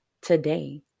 today